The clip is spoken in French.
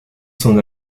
son